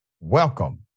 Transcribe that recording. welcome